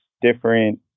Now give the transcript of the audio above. different